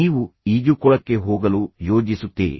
ನೀವು ಈಜುಕೊಳಕ್ಕೆ ಹೋಗಲು ಯೋಜಿಸುತ್ತೀರಿ